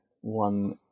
one